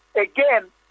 again